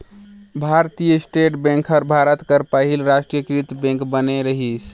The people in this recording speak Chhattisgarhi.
भारतीय स्टेट बेंक हर भारत कर पहिल रास्टीयकृत बेंक बने रहिस